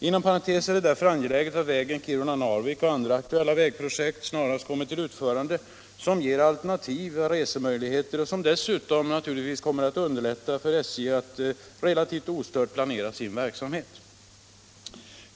Inom parentes sagt är det därför angeläget att vägen Kiruna-Narvik och andra aktuella vägprojekt snarast kommer till utförande, projekt som ger alternativa resemöjligheter och som dessutom naturligtvis underlättar för SJ att relativt ostört planera sin verksamhet.